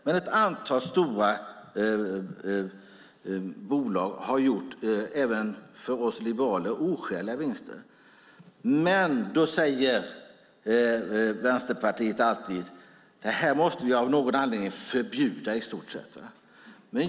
Men ett antal stora bolag har gjort även för oss liberaler oskäliga vinster. Av någon anledning säger alltid Vänsterpartiet att vi måste förbjuda detta.